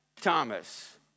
Thomas